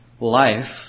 life